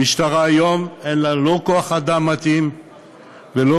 למשטרה היום אין כוח-אדם מתאים ואין